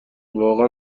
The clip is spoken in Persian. واقعا